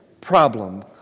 problem